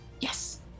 Yes